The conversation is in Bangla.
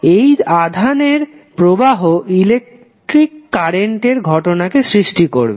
এই আধানের প্রবাহ ইলেকট্রিক কারেন্ট এর ঘটনাটিকে সৃষ্টি করবে